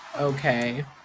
okay